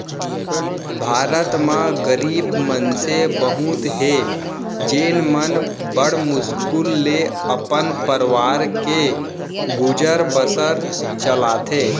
भारत म गरीब मनसे बहुत हें जेन मन बड़ मुस्कुल ले अपन परवार के गुजर बसर चलाथें